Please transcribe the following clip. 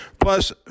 Plus